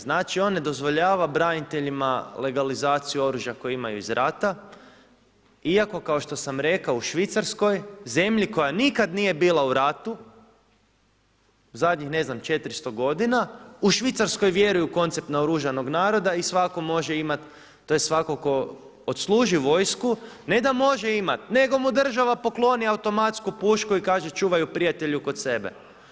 Znači, on ne dozvoljava braniteljima legalizaciju oružja koje imaju iz rata iako kao što sam rekao u Švicarskoj, zemlji koja nikada nije bila u ratu zadnjih ne znam, 400 godina u Švicarskoj vjeruju koncept naoružanog naroda i svatko može imati tj. svatko tko odsluži vojsku ne da može imati nego mu država pokloni automatsku pušku i kaže – čuvaj ju prijatelju kod sebe.